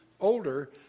older